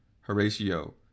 Horatio